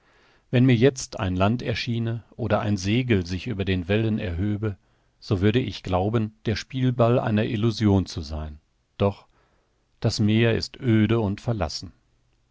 wenn mir jetzt ein land erschiene oder ein segel sich über den wellen erhöbe so würde ich glauben der spielball einer illusion zu sein doch das meer ist öde und verlassen